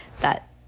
that